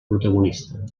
protagonista